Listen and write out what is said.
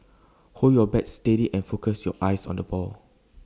hold your bat steady and focus your eyes on the ball